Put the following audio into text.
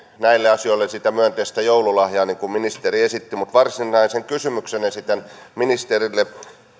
näille asioille sitä myönteistä joululahjaa niin kuin ministeri esitti mutta varsinaisen kysymyksen esitän ministerille